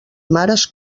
mares